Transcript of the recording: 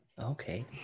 Okay